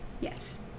Yes